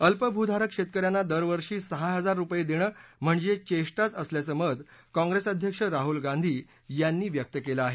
अल्पभूधारक शेतकऱ्यांना दरवर्षी सहा हजार रुपये देणं म्हणजे चेष्टाच असल्याचं मत काँप्रेस अध्यक्ष राहुल गांधी यांनी व्यक्त केलं आहे